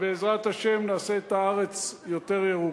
ובעזרת השם, נעשה את הארץ יותר ירוקה.